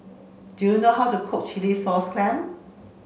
do you know how to cook Chilli sauce clam